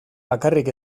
bakarrik